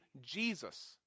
Jesus